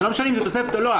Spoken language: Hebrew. זה לא משנה אם זה תוספת או לא.